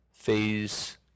Phase